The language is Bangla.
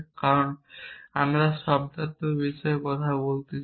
কারণ আমরা শব্দার্থক বিষয়ে কথা বলতে চাই